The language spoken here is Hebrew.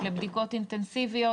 לבדיקות אינטנסיביות,